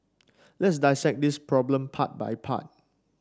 let's dissect this problem part by part